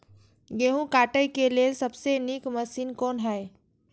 गेहूँ काटय के लेल सबसे नीक मशीन कोन हय?